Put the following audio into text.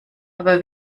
aber